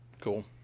cool